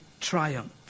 triumph